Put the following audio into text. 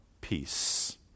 Peace